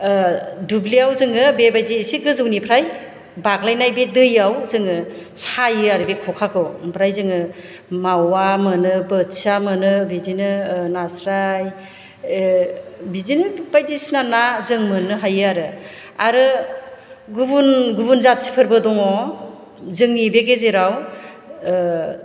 दुब्लियाव जोङो बेबायदि एसे गोजौनिफ्राय बाग्लायनाय बे दैआव जोङो सायो आरो बे ख'खा खौ ओमफ्राय जोङो मावा मोनो बोथिया मोनो बिदिनो नास्राय बिदिनो बायदिसिना ना जों मोननो हायो आरो आरो गुबुन गुबुन जाथिफोरबो दङ जोंनि बे गेजेराव